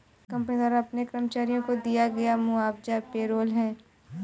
company द्वारा अपने कर्मचारियों को दिया गया मुआवजा पेरोल है